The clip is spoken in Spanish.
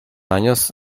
años